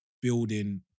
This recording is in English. building